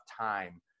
time